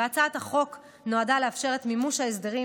והצעת החוק נועדה לאפשר את מימוש ההסדרים